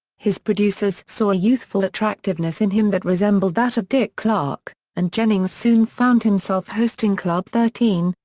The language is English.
his producers saw a youthful attractiveness in him that resembled that of dick clark, and jennings soon found himself hosting club thirteen,